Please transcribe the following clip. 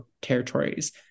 territories